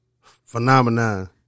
Phenomenon